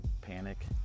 panic